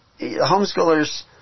homeschoolers